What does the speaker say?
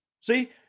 See